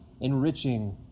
enriching